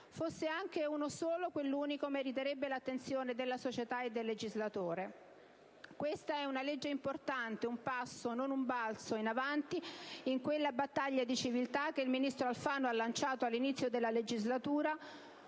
Fosse anche uno solo, quell'unico meriterebbe l'attenzione della società e del legislatore. Questa è una legge importante, un passo (non un balzo) in avanti in quella battaglia di civiltà che il ministro Alfano ha lanciato all'inizio della legislatura